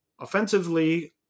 offensively